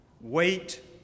Wait